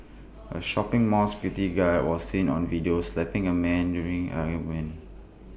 A shopping mall security guard was seen on video slapping A man's during an argument